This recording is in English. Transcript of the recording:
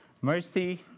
mercy